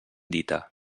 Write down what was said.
dita